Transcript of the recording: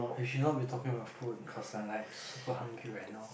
you cannot be talking about food cause I'm like super hungry right now